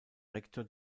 rektor